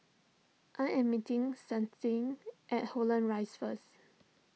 I am meeting at Holland Rise first